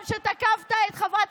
חברי